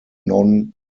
non